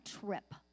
trip